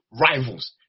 rivals